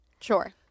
Sure